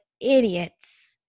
idiots